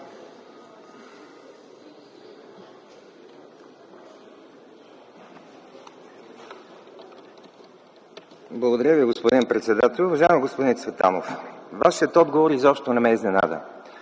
Благодаря Ви, господин председател. Уважаеми господин Цветанов, Вашият отговор изобщо не ме изненада.